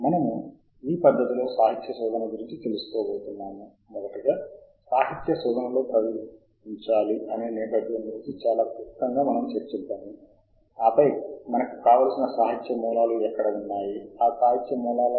మరియు ఈ రెండు యూఆర్ఎల్ లు మీ బ్రౌజర్లోని రెండు వేర్వేరు ట్యాబ్లలో ఒకేసారి తెరవాలి ఎందుకంటే మనము ఒకేసారి రెండు పోర్టల్లలోకి లాగిన్ అయి మనకు కావలసిన సమాచారాన్ని రెండు పోర్టల్లలో ఒకేసారి చూడాలి